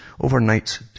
Overnight